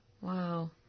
Wow